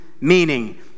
meaning